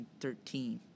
2013